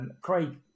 Craig